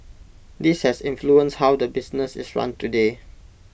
this has influenced how the business is run today